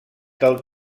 del